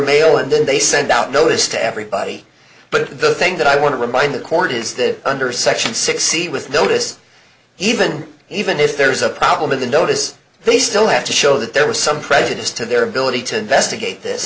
mail and then they send out a notice to everybody but the thing that i want to remind the court is that under section sixty with notice even even if there's a problem with the notice they still have to show that there was some prejudice to their ability to investigate this